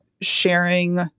sharing